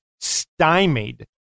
stymied